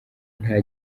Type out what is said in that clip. nta